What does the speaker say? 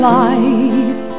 life